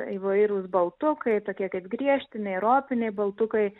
įvairūs baltukai tokie kaip griežtiniai ropiniai baltukai